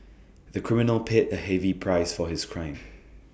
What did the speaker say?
the criminal paid A heavy price for his crime